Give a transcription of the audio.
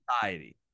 society